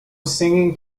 singing